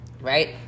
Right